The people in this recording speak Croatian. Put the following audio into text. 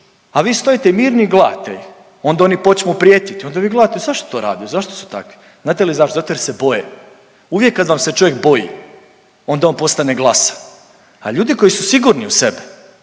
a vi stojite mirni i gledate ih, onda oni počnu prijetit, onda vi gledate zašto to rade, zašto su takvi. Znate li zašto? Zato jer se boje. Uvijek kad vam se čovjek boji onda on postane glasan, a ljudi koji su sigurni u sebe,